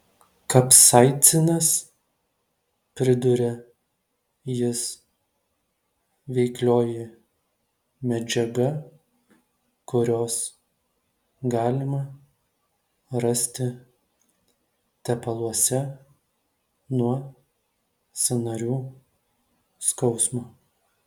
kapsaicinas priduria jis veiklioji medžiaga kurios galima rasti tepaluose nuo sąnarių skausmo